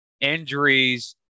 Injuries